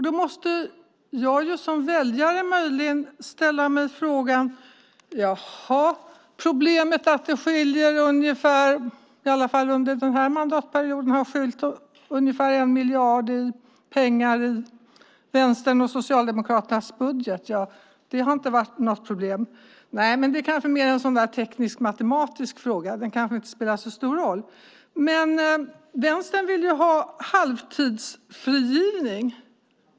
Då måste jag som väljare möjligen tänka: Jaha, att det i alla fall under denna mandatperiod har skilt ungefär 1 miljard kronor mellan Vänsterns och Socialdemokraternas budgetar har inte varit något problem. Nej, det kanske är en mer teknisk-matematisk fråga som inte spelar så stor roll. Vänstern vill ha halvtidsfrigivning.